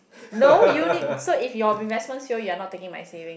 no you need so if your investments fail you're not taking my saving